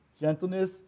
gentleness